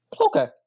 Okay